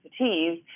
expertise